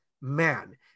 man